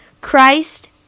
Christ